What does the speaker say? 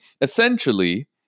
Essentially